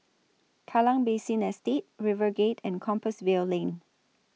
Kallang Basin Estate RiverGate and Compassvale Lane